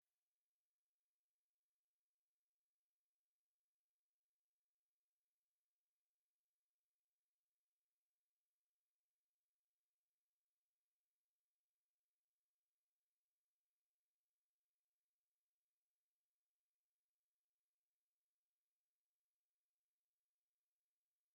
Umugore wambaye ikanzu uteze n'igitambaro uri kuhira imboga akoresheje indobo itukura .